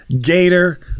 Gator